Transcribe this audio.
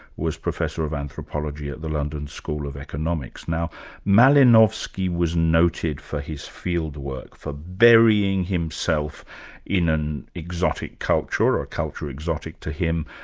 was professor of anthropology at the london school of economics. now malinowski was noted for his fieldwork, for burying himself in an exotic culture, or culture exotic to him,